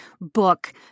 book